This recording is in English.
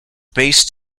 based